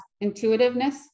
intuitiveness